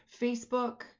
Facebook